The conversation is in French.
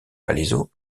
palaiseau